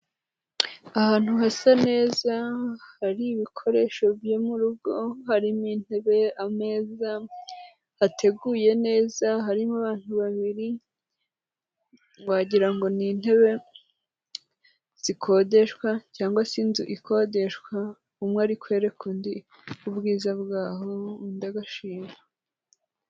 Ahantu hasa neza hari ibikoresho byo mu rugo harimo intebe, ameza ateguye neza, harimo abantu babiri wagira ngo ni intebe zikodeshwa cyangwa se inzu ikodeshwa, umwe ari kwereka undi ubwiza bwaho undi agashima.